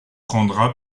prendra